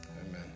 Amen